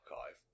Archive